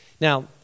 Now